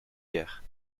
guère